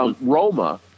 Roma